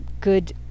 good